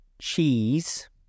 cheese